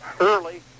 early